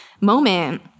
moment